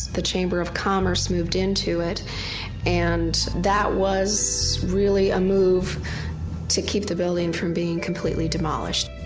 the chamber of commerce moved into it and that was really a move to keep the building from being completely demolished.